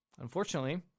Unfortunately